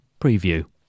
preview